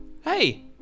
Hey